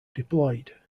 deployed